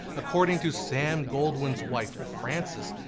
according to sam goldwyn's wife frances,